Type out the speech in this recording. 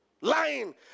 lying